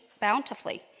bountifully